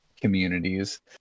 communities